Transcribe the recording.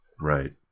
Right